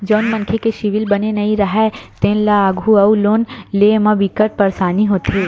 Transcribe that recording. जउन मनखे के सिविल बने नइ राहय तेन ल आघु अउ लोन लेय म बिकट परसानी होथे